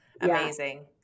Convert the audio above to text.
Amazing